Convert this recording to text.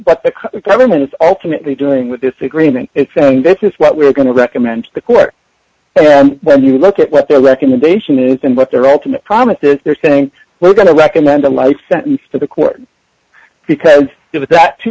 but the government is ultimately doing with this agreement is saying this is what we're going to recommend to the court when you look at what their recommendation is and what their ultimate promise is they're saying we're going to recommend a life sentence to the court because if that to